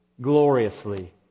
gloriously